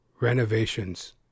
Renovations